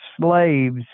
slaves